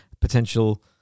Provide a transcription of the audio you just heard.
potential